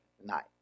tonight